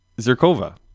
Zirkova